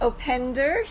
Opender